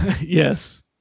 Yes